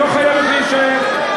את לא חייבת להישאר,